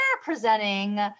presenting